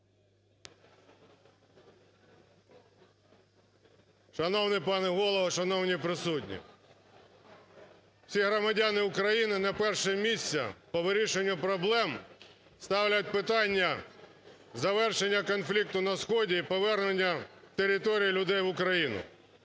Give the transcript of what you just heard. Шановний пане Голово, шановні присутні! Всі громадяни України на перше місце по вирішенню проблем ставлять питання завершення конфлікту на сході і повернення територій і людей в Україну.